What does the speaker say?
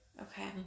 okay